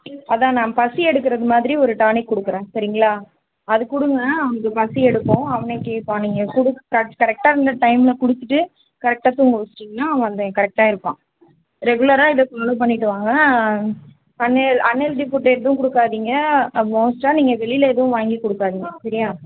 அதுதான் நான் பசியெடுக்கிறது மாதிரி ஒரு டானிக் கொடுக்குறேன் சரிங்களா அது கொடுங்க அவனுக்கு பசியெடுக்கும் அவனே கேட்பான் நீங்கள் கொடு கரெக் கரெக்டாக அந்த டைமில் குடிச்சுட்டு கரெக்டாக தூங்க வச்சுட்டீங்கன்னா அவன் அந்த கரெக்டாக இருப்பான் ரெகுலராக இதை ஃபாலோ பண்ணிகிட்டு வாங்க அன்ஹெல் அன்ஹெல்த்தி ஃபுட் எதுவும் கொடுக்காதீங்க மோஸ்ட்டாக நீங்கள் வெளியில் எதுவும் வாங்கிக் கொடுக்காதீங்க சரியா